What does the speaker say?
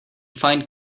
find